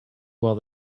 while